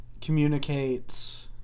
communicates